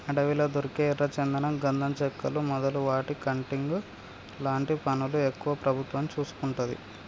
అడవిలా దొరికే ఎర్ర చందనం గంధం చెక్కలు మొదలు వాటి కటింగ్ లాంటి పనులు ఎక్కువ ప్రభుత్వం చూసుకుంటది